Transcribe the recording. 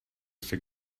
jsi